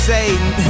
Satan